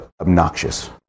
obnoxious